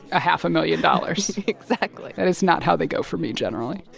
a half a million dollars exactly that is not how they go for me, generally